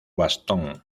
bastón